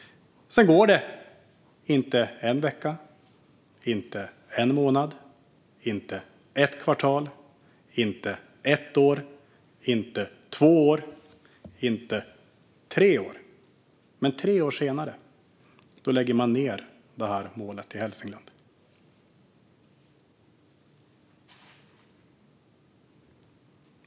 Sedan går det inte en vecka. Det går inte en månad. Det går inte ett kvartal. Det går inte ett år. Det går inte två år. Men tre år senare lägger man ned målet i Hälsingland.